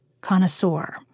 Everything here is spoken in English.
connoisseur